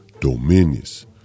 Dominus